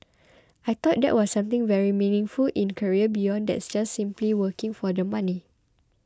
I thought that was something very meaningful in career beyond that just simply working for the money